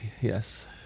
yes